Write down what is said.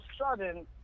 sudden